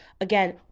again